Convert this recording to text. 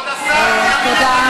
כבוד השר, יש לי שאלה, תודה.